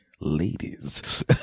ladies